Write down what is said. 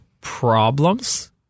problems